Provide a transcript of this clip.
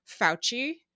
Fauci